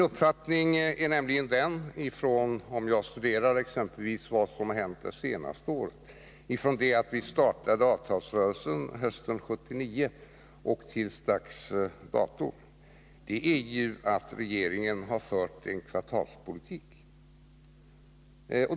Efter att ha studerat exempelvis vad som har hänt från det att vi startade avtalsrörelsen 1979 fram till dags dato är nämligen min uppfattning den att regeringen har fört en kvartalspolitik.